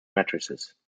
matrices